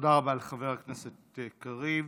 תודה רבה לחבר הכנסת קריב.